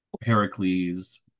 pericles